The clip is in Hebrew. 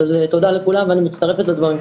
אז תודה לכולם, ואני מצטרפת לדברים.